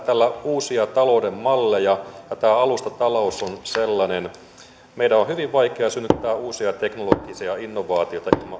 tällä uusia talouden malleja ja tämä alustatalous on sellainen meidän on on hyvin vaikea synnyttää uusia teknologisia innovaatioita